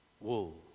wool